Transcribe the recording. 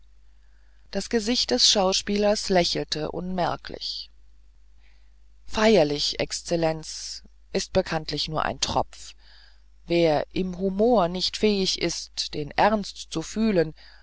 das gesicht des schauspielers lächelte unmerklich feierlich exzellenz ist bekanntlich nur ein tropf wer im humor nicht fähig ist den ernst zu fühlen